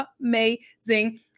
amazing